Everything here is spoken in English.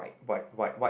white white white